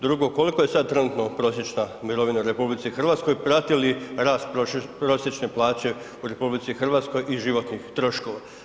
Drugo, koliko je sad trenutno prosječna mirovina u RH, prati li rast prosječne plaće u RH i životnih troškova?